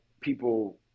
people